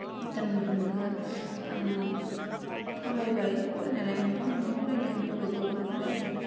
गोथार मैखुनखौ आं फरायबाय फरायनायालाय मोनफा मोन्नै फरायदों होमबाबो गोबां फरायाखै